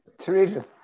Teresa